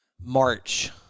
march